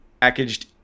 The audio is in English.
packaged